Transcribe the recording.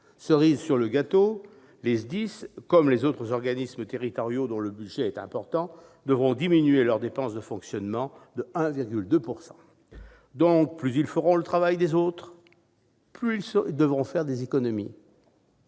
Cerise sur le gâteau, les SDIS, comme les autres organismes territoriaux dont le budget est important, devront diminuer leurs dépenses de fonctionnement de 1,2 %. Plus ils feront le travail des autres, plus ils devront faire des économies